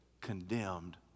condemned